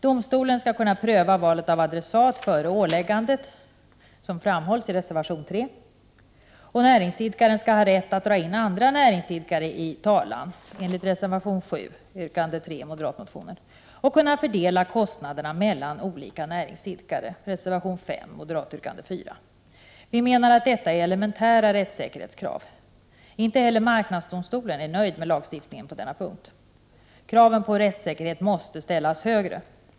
Domstol skall kunna pröva valet av adressat före åläggandet — som framhålls i reservation 3. Näringsidkaren skall ha rätt att dra in andra näringsidkare i talan — enligt reservation 7 och yrkande 3 i moderatmotionen — och kunna fördela kostnaderna mellan olika näringsidkare, enligt reservation 5 och yrkande 4 i moderatmotionen. Vi menar att detta är elementära rättssäker hetskrav. Inte heller marknadsdomstolen är nöjd med lagstiftningen på denna punkt. Kraven på rättssäkerhet måste ställas högre.